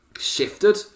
shifted